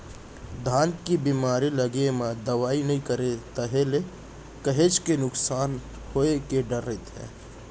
धान के बेमारी लगे म दवई नइ करेस ताहले काहेच के नुकसान होय के डर रहिथे